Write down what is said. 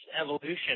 evolution